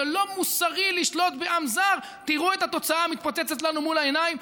"זה לא מוסרי לשלוט בעם זר" תראו את התוצאה מתפוצצת לנו מול העיניים.